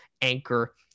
anchor